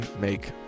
make